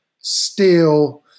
steel